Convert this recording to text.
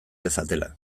dezatela